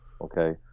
Okay